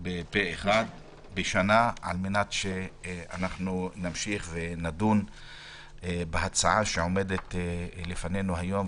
בשנה בפה אחד על מנת שנמשיך לדון בהצעה שעומדת לפנינו היום,